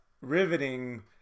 riveting